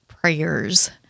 prayers